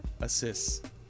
assists